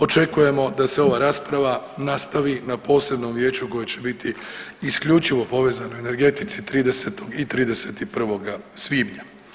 Očekujemo da se ova rasprava nastavi na posebnom vijeću koje će biti isključivo povezano energetici 30. i 31. svibnja.